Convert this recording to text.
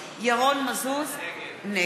(קוראת בשמות חברי הכנסת) ירון מזוז, נגד